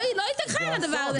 לא ייתכן הדבר הזה.